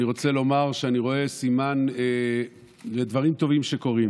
אני רוצה לומר שאני רואה סימן לדברים טובים שקורים.